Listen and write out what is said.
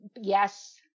yes